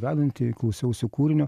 vedantįjį klausiausi kūrinio